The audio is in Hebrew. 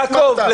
יעקב,